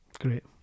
great